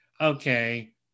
okay